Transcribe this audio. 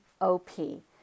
OP